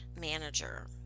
manager